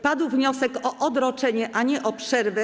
Padł wniosek o odroczenie, a nie o przerwę.